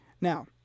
Now